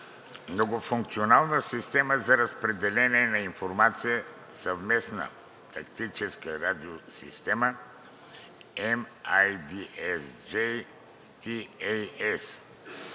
„Многофункционална система за разпределение на информация – Съвместна тактическа радиосистема (MIDS JTRS)